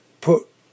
put